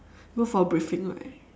go for briefing right